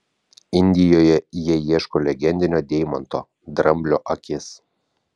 indijoje jie ieško legendinio deimanto dramblio akis